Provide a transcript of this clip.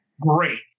Great